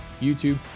YouTube